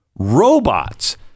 robots